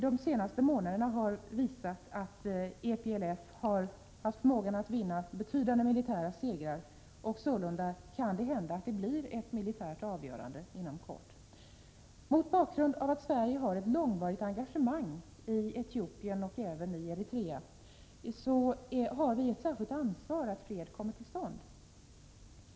De senaste månaderna har visat att EPLF har haft förmågan att vinna betydande militära segrar, och sålunda kan det hända att det blir ett militärt avgörande inom kort. Mot bakgrund av att Sverige har ett långvarigt engagemang i Etiopien och även Eritrea har vi ett särskilt ansvar för att fred kommer till stånd.